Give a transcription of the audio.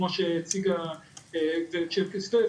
כמו שהציגה שירה כסלו,